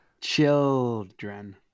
Children